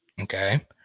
Okay